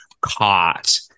caught